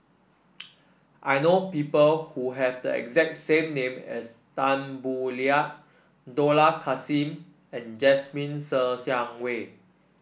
I know people who have the exact same name as Tan Boo Liat Dollah Kassim and Jasmine Ser Xiang Wei